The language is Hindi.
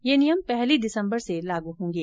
ये नियम पहली दिसम्बर से लागू होंगे